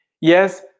Yes